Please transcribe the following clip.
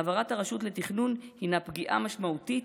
העברת הרשות לתכנון הינה פגיעה משמעותית